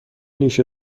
نیشت